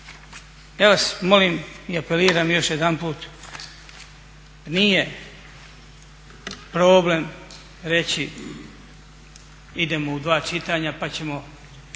Ja vas molim i apeliram još jedanput, nije problem reći idemo u dva čitanja pa ćemo